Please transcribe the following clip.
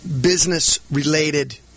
business-related